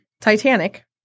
Titanic